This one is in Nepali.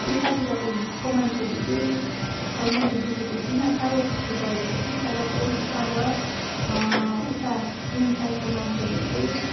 यतातिरको हिल्सको मान्छेहरूले चाहिँ खोइ मेलै देखेको छुइनँ प्रायः त्यस्तो गरेको कि तर पनि तर उता प्लेन साइडको मान्छेहरूले चाहिँ